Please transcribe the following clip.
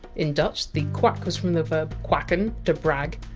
in dutch, the! quack! was from the verb! quacken, to brag,